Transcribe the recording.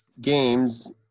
games